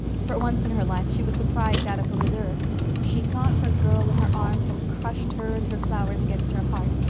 for once in her life she was surprised out of her reserve she caught her girl in her arms and crushed her and her flowers against her heart,